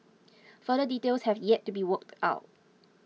full details have yet to be worked out